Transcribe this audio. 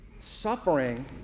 Suffering